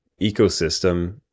ecosystem